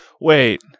Wait